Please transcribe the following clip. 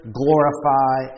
glorify